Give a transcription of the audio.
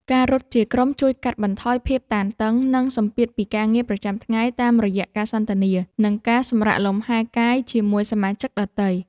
ការរត់ជាក្រុមជួយកាត់បន្ថយភាពតានតឹង និងសម្ពាធពីការងារប្រចាំថ្ងៃ តាមរយៈការសន្ទនា និងការសម្រាកលំហែកាយជាមួយសមាជិកដទៃ។